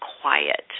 quiet